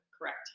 Correct